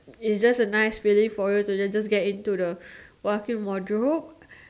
it's just a nice feeling for you to just get into the walk in wardrobe